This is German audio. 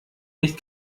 nicht